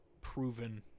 Proven